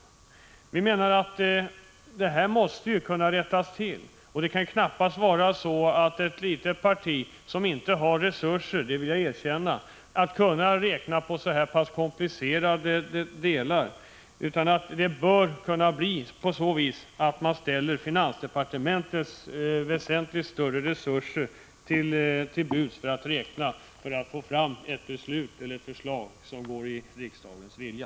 2 juni 1986 Vi menar att detta måste rättas till. Men det kan knappast var möjligt för ett litet parti som inte har resurser — det vill jag erkänna — att räkna på så pass komplicerade saker. Man måste ställa finansdepartementets större resurser till förfogande för att få fram ett förslag till beslut som går i enlighet med riksdagens vilja.